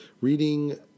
reading